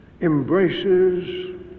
embraces